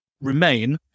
Remain